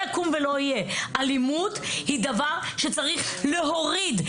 אלימות היא דבר שצריך להוריד.